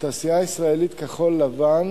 לתעשייה הישראלית כחול-לבן,